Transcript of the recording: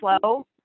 slow